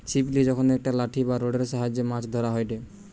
ছিপ লিয়ে যখন একটা লাঠি বা রোডের সাহায্যে মাছ ধরা হয়টে